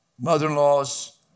Mother-in-laws